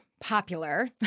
popular